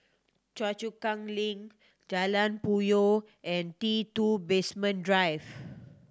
Choa Chu Kang Link Jalan Puyoh and T Two Basement Drive